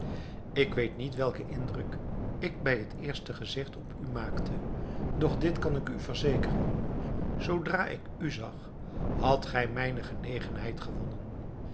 ik weet niet welken indruk ik bij het eerste gezigt op u maakte doch dit kan ik u verzekeren zoodra ik u zag hadt gij mijne genegenheid gewonnen